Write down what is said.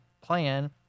plan